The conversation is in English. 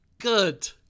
good